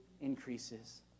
increases